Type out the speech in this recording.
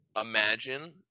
imagine